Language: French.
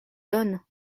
donne